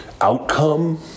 outcome